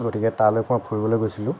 গতিকে তালৈ মই ফুৰিবলৈ গৈছিলোঁ